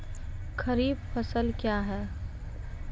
खरीफ फसल क्या हैं?